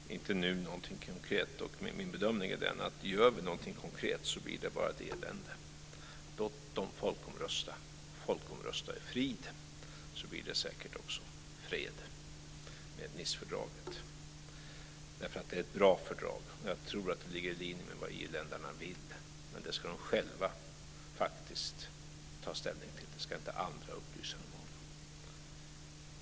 Herr talman! Nej, ingenting konkret. Min bedömning är att om vi gör något konkret blir det bara ett elände. Låt dem folkomrösta och folkomrösta i frid så blir det säkert också fred med Nicefördraget. Det är ett bra fördrag. Jag tror att ligger i linje med vad irländarna vill, men det ska de själva ta ställning till. Det ska inte andra upplysa dem om.